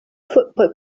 football